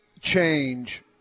change